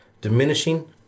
Diminishing